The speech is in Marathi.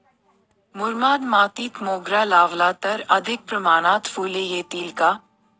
मुरमाड मातीत मोगरा लावला तर अधिक प्रमाणात फूले येतील का?